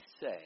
say